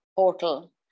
portal